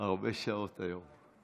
הרבה שעות היום.